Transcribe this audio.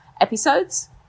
episodes